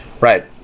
Right